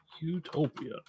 Utopia